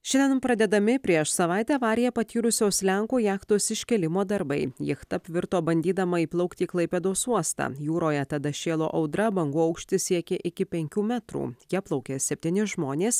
šiandien pradedami prieš savaitę avariją patyrusios lenkų jachtos iškėlimo darbai jachta apvirto bandydama įplaukti į klaipėdos uostą jūroje tada šėlo audra bangų aukštis siekė iki penkių metrų ja plaukė septyni žmonės